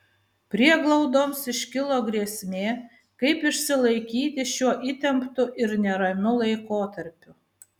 prieglaudoms iškilo grėsmė kaip išsilaikyti šiuo įtemptu ir neramiu laikotarpiu